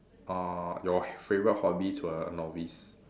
uh your h~ favorite hobby to a novice